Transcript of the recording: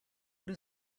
what